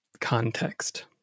context